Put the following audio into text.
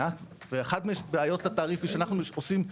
ואחת מבעיות התעריף היא שאנחנו עושים,